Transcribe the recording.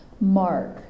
Mark